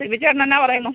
സിബി ചേട്ടനെന്നാ പറയുന്നു